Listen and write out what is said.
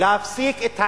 להפסיק את,